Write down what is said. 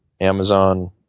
Amazon